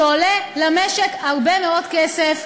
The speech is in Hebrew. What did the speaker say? שעולה למשק הרבה מאוד כסף.